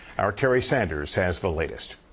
our kerry sanders has the latest.